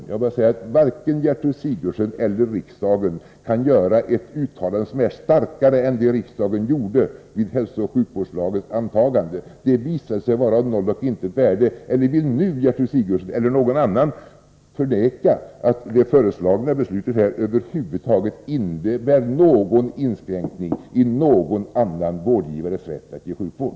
Låt mig också säga att varken Gertrud Sigurdsen eller riksdagen kan göra ett uttalande som är starkare än det riksdagen gjorde vid hälsooch sjukvårdslagens antagande. Det uttalandet visade sig vara av noll och intet värde. Eller vill Gertrud Sigurdsen eller någon annan nu förneka att det förslag vi skall besluta om över huvud taget inte innebär någon inskränkning i någon annan vårdgivares rätt att ge sjukvård?